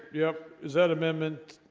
yep. is that amendment?